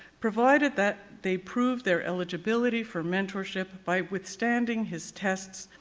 provided that they prove their eligibility for mentorship by withstanding his tests,